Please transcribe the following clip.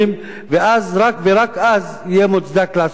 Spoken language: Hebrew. ורק אז יהיה מוצדק לעשות את זה.